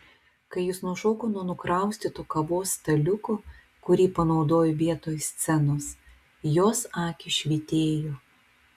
kai jis nušoko nuo nukraustyto kavos staliuko kurį panaudojo vietoj scenos jos akys švytėjo